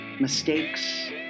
mistakes